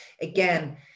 Again